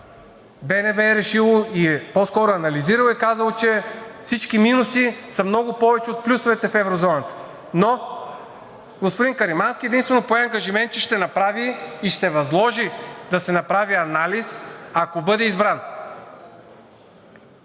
БНБ е решила, по-скоро е анализирала и е казала, че всички минуси са много повече от плюсовете в еврозоната. Господин Каримански единствено пое ангажимент, че ще направи и ще възложи да се направи анализ, ако бъде избран.